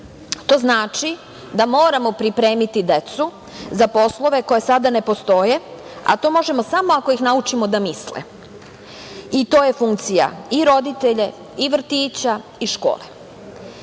To znači da moramo pripremiti decu za poslove koji sada ne postoje, a to možemo samo ako ih naučimo da misle. To je funkcija i roditelja i vrtića i škole. Čitava